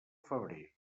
febrer